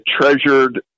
treasured